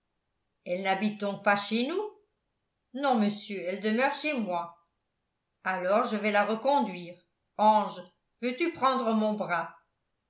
elle n'habite donc pas chez nous non monsieur elle demeure chez moi alors je vais la reconduire ange veux-tu prendre mon bras